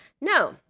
No